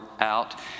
out